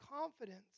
confidence